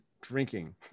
drinking